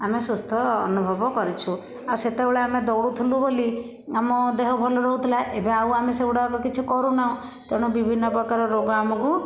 ଆମେ ସୁସ୍ଥ ଅନୁଭବ କରିଛୁ ଆଉ ସେତେବେଳେ ଆମେ ଦୌଡୁଥିଲୁ ବୋଲି ଆମ ଦେହ ଭଲ ରହୁଥିଲା ଏବେ ଆଉ ଆମେ ସେଗୁଡ଼ାକ କିଛି କରୁନାହୁଁ ତେଣୁ ବିଭିନ୍ନ ପ୍ରକାର ରୋଗ ଆମକୁ